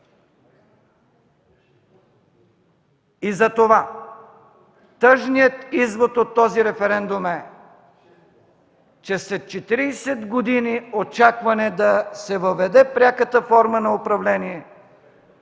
И затова тъжният извод от този референдум е, че след 40 години очакване да се въведе пряката форма на управление,